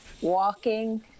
walking